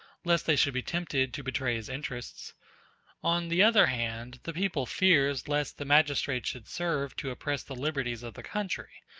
lest they should be tempted to betray his interests on the other hand, the people fears lest the magistrates should serve to oppress the liberties of the country,